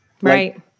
Right